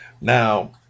Now